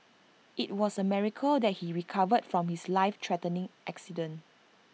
IT was A miracle that he recovered from his life threatening accident